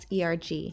ERG